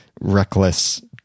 reckless